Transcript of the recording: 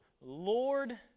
Lord